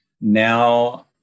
now